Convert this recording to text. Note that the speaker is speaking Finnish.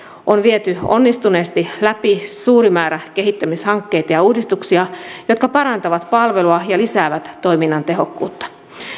on viety onnistuneesti läpi suuri määrä kehittämishankkeita ja uudistuksia jotka parantavat palvelua ja lisäävät toiminnan tehokkuutta